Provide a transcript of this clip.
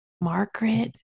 Margaret